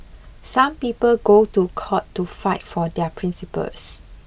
some people go to court to fight for their principles